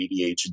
adhd